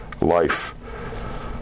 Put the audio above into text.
life